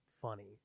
funny